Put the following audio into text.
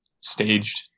staged